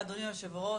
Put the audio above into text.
לאדוני יושב הראש,